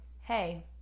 Hey